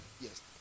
Yes